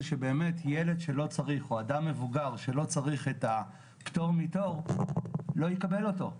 שבאמת ילד או אדם מבוגר שלא צריך את הפטור מתור לא יקבל אותו.